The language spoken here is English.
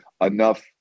enough